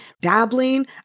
dabbling